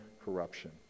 corruption